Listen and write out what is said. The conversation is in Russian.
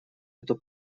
эту